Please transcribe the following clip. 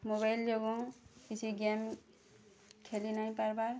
mobile ଯୋଗୁଁ କିଛି game ଖେଳି ନାହିଁ ପାର୍ବା